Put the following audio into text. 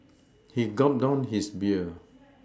he gulped down his beer